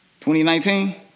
2019